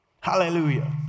Hallelujah